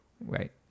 Right